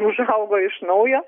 užaugo iš naujo